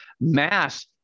mass